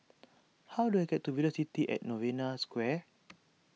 how do I get to Velocity at Novena Square